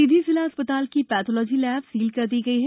सीधी जिला चिकित्सालय की पैथोलॉजी लैब सील कर दी गई है